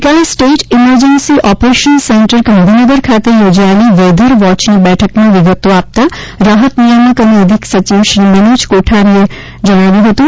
ગઇકાલે state emergency operation centre Gandhinagar ખાતે યોજાયેલી વેધર વૉચની બેઠકમાં વિગતો આપતા રાહત નિયામક અને અધિક સચિવ શ્રી મનોજ કોઠારીએ જણાવ્યું હતું